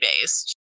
based